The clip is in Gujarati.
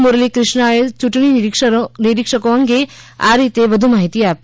મુરલી કિષ્નાએ યૂંટણી નિરીક્ષકો અંગે આ રીતે વધુ માહિતી આપી